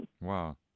Wow